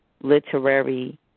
literary